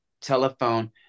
telephone